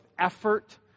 effort